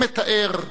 אם אֵתָאר,